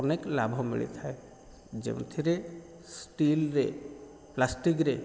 ଅନେକ ଲାଭ ମିଳିଥାଏ ଯେଉଁଥିରେ ଷ୍ଟିଲ୍ରେ ପ୍ଲାଷ୍ଟିକ୍ରେ